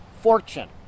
fortune